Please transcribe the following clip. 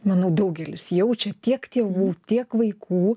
manau daugelis jaučia tiek tėvų tiek vaikų